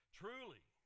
truly